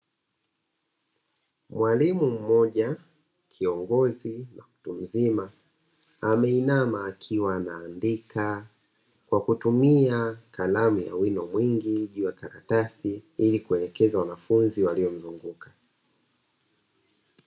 Mwalimu mmoja, kiongozi na mtu mzima, ameinama akiwa anaandika, kwa kutumia, kalamu ya wino mwingi juu ya karatasi, ili kuelekeza wanafunzi waliomzunguka.